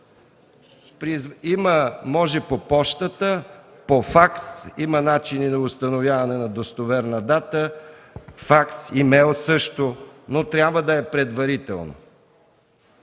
МИКОВ: Може по пощата, по факс, има начини за установяване на достоверна дата, също имейл, но трябва да е предварително.